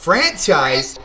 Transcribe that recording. Franchise